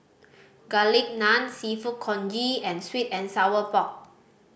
Garlic Naan Seafood Congee and sweet and sour pork